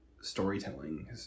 storytelling